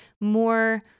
more